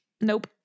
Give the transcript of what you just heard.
nope